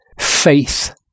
faith